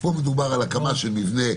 פה מדובר על הקמה של מבנה,